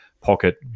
Pocket